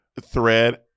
thread